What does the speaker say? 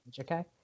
Okay